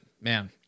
man